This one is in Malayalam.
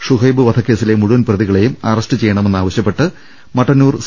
ഷുഹൈബ് വധക്കേ സിലെ മുഴുവൻ പ്രതികളെയും അറസ്റ്റ് ചെയ്യണമെന്ന് ആവശ്യപ്പെട്ട് മട്ടന്നൂർ സി